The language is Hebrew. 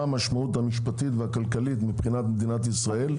המשמעות המשפטית והכלכלית מבחינת מדינת ישראל,